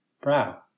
brow